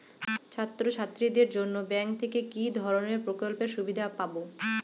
ছাত্রছাত্রীদের জন্য ব্যাঙ্ক থেকে কি ধরণের প্রকল্পের সুবিধে পাবো?